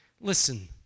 Listen